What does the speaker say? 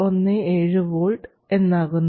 17 V എന്നാകുന്നു